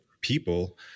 people